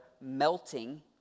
melting